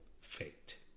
fate